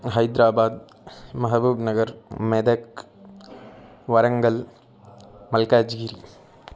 हैद्राबादः महबूबनगरं मेदेक् वरङ्गल् मल्काज्गीरि